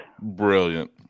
Brilliant